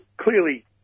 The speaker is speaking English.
clearly